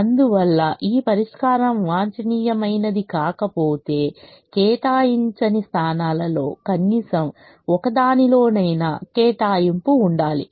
అందువల్ల ఈ పరిష్కారం వాంఛనీయమైనది కాకపోతే కేటాయించని స్థానాలలో కనీసం ఒక దాని లోనైనా కేటాయింపు ఉండాలి